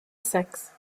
saxe